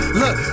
look